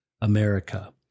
America